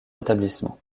établissements